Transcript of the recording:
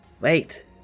Wait